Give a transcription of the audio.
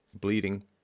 Bleeding